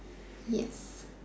ya